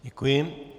Děkuji.